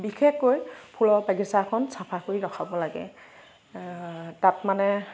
বিশেষকৈ ফুলৰ বাগিছাখন চাফা কৰি ৰাখিব লাগে তাত মানে